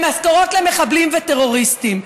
למשכורות למחבלים וטרוריסטים.